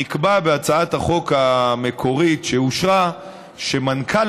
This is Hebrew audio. נקבע בהצעת החוק המקורית שאושרה שמנכ"ל